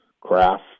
craft